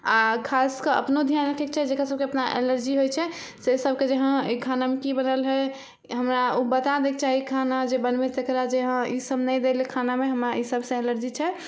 आ खास कऽ अपनो ध्यान रक्खेके चाही जे सबके अपना एलर्जी होइ छै से सबके जे हँ आइ खानामे की बनल हइ हमरा ओ बता दैके चाही ओ खाना जे हँ हमरा ई सबसे एलर्जी छै